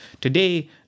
Today